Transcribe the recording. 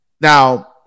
now